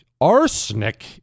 arsenic